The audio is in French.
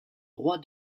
roi